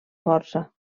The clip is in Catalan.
força